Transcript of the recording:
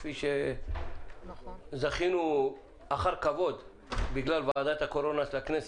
כפי שזכינו אחר כבוד בגלל ועדת הקורונה של הכנסת.